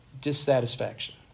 Dissatisfaction